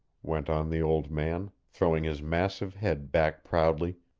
went on the old man, throwing his massive head back proudly,